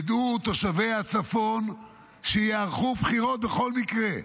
ידעו תושבי הצפון שייערכו בחירות בכל מקרה,